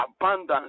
abundance